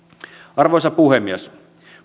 arvoisa puhemies